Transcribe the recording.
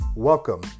Welcome